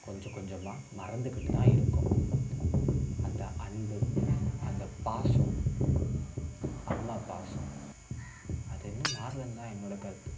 கொஞ்ச கொஞ்சமாக மறந்துக்கிட்டு தான் இருக்கோம் அந்த அன்பு அந்த பாசம் அம்மா பாசம் அது இன்னும் மாறலன்னு தான் என்னோடய கருத்து